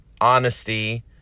honesty